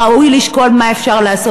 ראוי לשקול מה אפשר לעשות